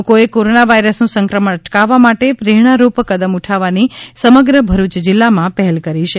લોકોએ કોરોના વાયરસનું સંક્રમણ અટકાવા માટે પ્રેરણારૂપ કદમ ઉઠાવવાની સમગ્ર ભરૂચ જિલ્લામાં પહેલ કરી છે